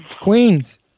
Queens